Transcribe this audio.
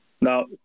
Now